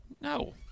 No